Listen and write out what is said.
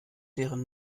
deren